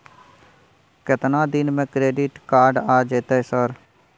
केतना दिन में क्रेडिट कार्ड आ जेतै सर?